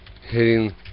hitting